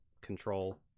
control